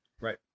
Right